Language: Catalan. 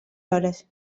hores